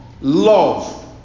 Love